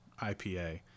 IPA